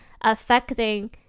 affecting